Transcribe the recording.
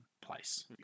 place